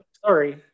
Sorry